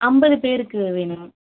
ஐம்பது பேருக்கு வேணும்